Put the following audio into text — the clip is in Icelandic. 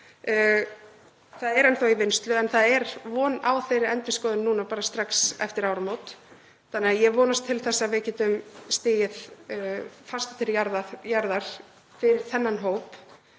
Það er enn í vinnslu en það er von á þeirri endurskoðun strax eftir áramót þannig að ég vonast til þess að við getum stigið fastar til jarðar fyrir þennan hóp